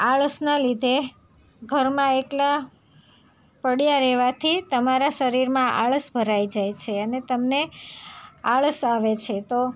આળસના લીધે ઘરમાં એકલા પડ્યા રહેવાથી તમારા શરીરમાં આળસ ભરાઈ જાય છે અને તમને આળસ આવે છે તો